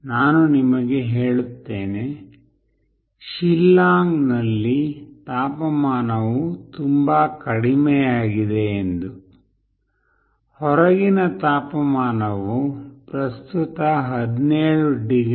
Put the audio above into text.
ನಾನು ನಿಮಗೆ ಹೇಳುತ್ತೇನೆ ಶಿಲ್ಲಾಂಗ್ನಲ್ಲಿ ತಾಪಮಾನವು ತುಂಬಾ ಕಡಿಮೆಯಾಗಿದೆ ಎಂದು ಹೊರಗಿನ ತಾಪಮಾನವು ಪ್ರಸ್ತುತ 17 ಡಿಗ್ರಿ